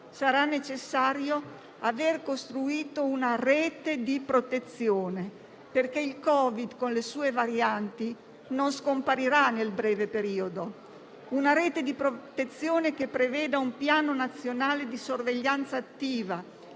sarà necessario aver costruito una rete di protezione, perché il Covid, con le sue varianti, non scomparirà nel breve periodo. Occorrono una rete di protezione che preveda un piano nazionale di sorveglianza attiva,